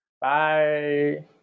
Bye